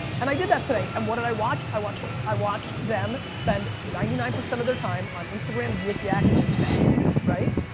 and i did that today, and what did i watch? i watched i watched them spend ninety nine percent of their time on instagram, yik yak and snapchat. right?